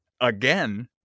again